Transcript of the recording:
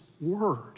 word